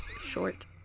short